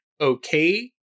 okay